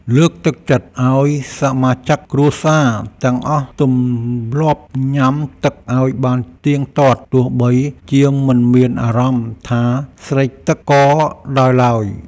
លើកទឹកចិត្តឱ្យសមាជិកគ្រួសារទាំងអស់ទម្លាប់ញ៉ាំទឹកឱ្យបានទៀងទាត់ទោះបីជាមិនមានអារម្មណ៍ថាស្រេកទឹកក៏ដោយឡើយ។